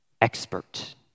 expert